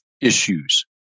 issues